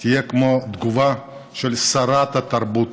תהיה כמו תגובה של שרת התרבות.